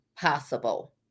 possible